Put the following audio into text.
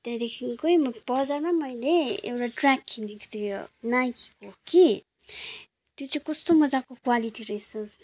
त्यहाँदेखिकै बजारमा मैले एउटा ट्र्याक किनेको थिएँ नाइकीको कि त्यो चाहिँ कस्तो मज्जाको क्वालिटी रहेछ